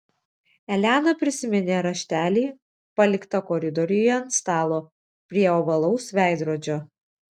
elena prisiminė raštelį paliktą koridoriuje ant stalo prie ovalaus veidrodžio